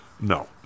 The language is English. No